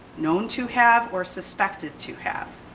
known to have or suspected to have,